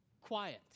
quiet